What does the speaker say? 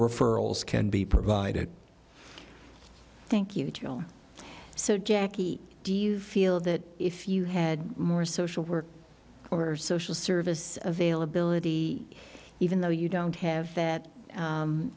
referrals can be provided thank you so jackie do you feel that if you had more social work or social service availability even though you don't have that